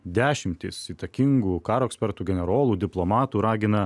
dešimtys įtakingų karo ekspertų generolų diplomatų ragina